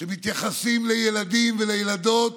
שמתייחסים לילדים ולילדות,